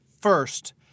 First